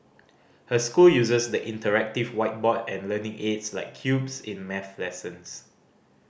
her school uses the interactive whiteboard and learning aids like cubes in math lessons